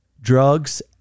Drugs